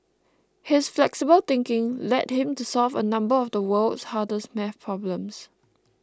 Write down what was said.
his flexible thinking led him to solve a number of the world's hardest math problems